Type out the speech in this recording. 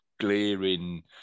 Glaring